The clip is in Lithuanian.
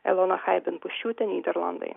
elona haiben puščiūtė nyderlandai